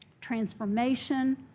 transformation